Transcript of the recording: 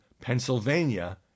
Pennsylvania